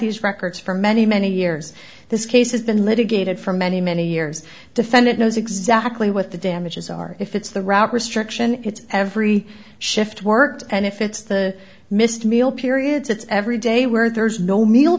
these records for many many years this case has been litigated for many many years defendant knows exactly what the damages are if it's the route restriction it's every shift worked and if it's the missed meal periods it's every day where there is no meal